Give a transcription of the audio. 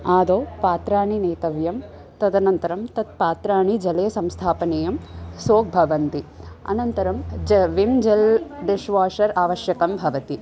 आदौ पात्राणि नेतव्यं तदनन्तरं तत् पात्राणि जले संस्थापनीयं सोक् भवन्ति अनन्तरं ज विम् जेल् डिश्वाशर् आवश्यकं भवति